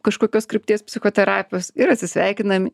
kažkokios krypties psichoterapijos ir atsisveikinam